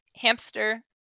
hamster